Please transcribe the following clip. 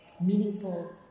meaningful